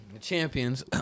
champions